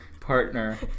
partner